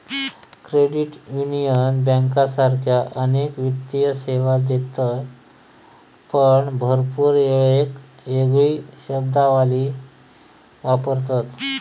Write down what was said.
credit union बँकांसारखाच अनेक वित्तीय सेवा देतत पण भरपूर येळेक येगळी शब्दावली वापरतत